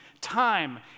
Time